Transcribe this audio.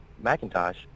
Macintosh